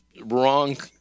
wrong